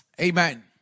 Amen